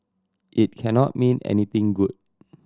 it cannot mean anything good